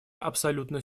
абсолютно